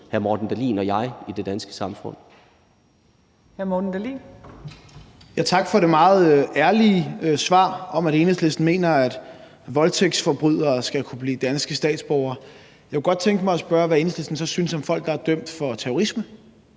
hr. Morten Dahlin og jeg, i det danske samfund.